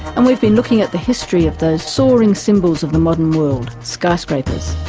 and we've been looking at the history of those soaring symbols of the modern world skyscrapers.